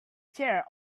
chair